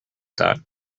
that